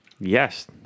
yes